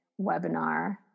webinar